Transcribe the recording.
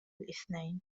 الإثنين